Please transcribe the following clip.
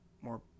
more